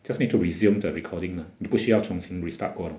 just need to resume the recording lah 不需要重新 restart 过